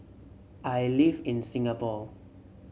I live in Singapore